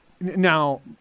Now